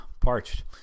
parched